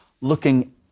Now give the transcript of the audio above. looking